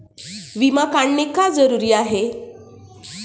विमा काढणे का जरुरी आहे?